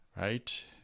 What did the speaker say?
right